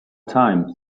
time